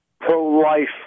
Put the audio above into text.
pro-life